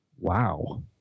wow